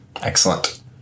Excellent